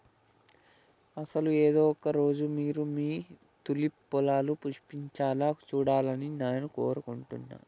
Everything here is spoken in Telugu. అసలు ఏదో ఒక రోజు మీరు మీ తూలిప్ పొలాలు పుష్పించాలా సూడాలని నాను కోరుకుంటున్నాను